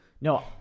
No